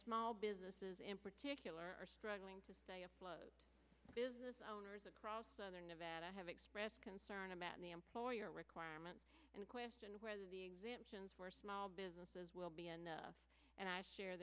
small businesses in particular are struggling to stay afloat business owners across southern nevada have expressed concern about the employer requirement and questioned whether the exemptions for small businesses will be enough and i share